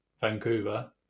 Vancouver